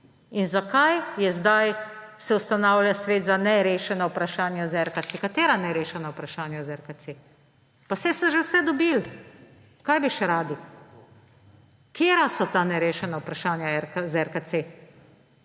In zakaj je zdaj se ustanavlja Svet za nerešena vprašanja z RKC? Katera nerešena vprašanja z RKC? pa saj so že vse dobili. Kaj bi še radi? Katera so ta nerešena vprašanja z RKC?